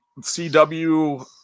CW